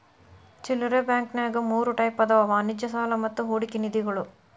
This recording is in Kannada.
ಚಿಲ್ಲರೆ ಬಾಂಕಂನ್ಯಾಗ ಮೂರ್ ಟೈಪ್ ಅದಾವ ವಾಣಿಜ್ಯ ಸಾಲಾ ಮತ್ತ ಹೂಡಿಕೆ ನಿಧಿಗಳು